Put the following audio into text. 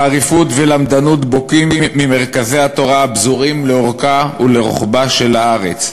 חריפות ולמדנות בוקעות ממרכזי התורה הפזורים לאורכה ולרוחבה של הארץ.